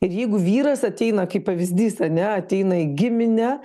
ir jeigu vyras ateina kaip pavyzdys ane ateina į giminę